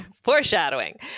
foreshadowing